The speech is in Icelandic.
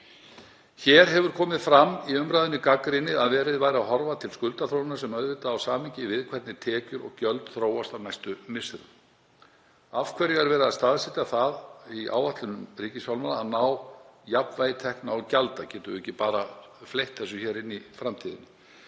Hér hefur komið fram í umræðunni gagnrýni á að verið sé að horfa til skuldaþróunar sem auðvitað er í samhengi við það hvernig tekjur og gjöld þróast á næstu misserum. Af hverju er verið að staðsetja það í áætlun ríkisfjármála að ná jafnvægi tekna og gjalda? Getum við ekki bara fleytt þessu lengra inn í framtíðina?